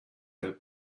open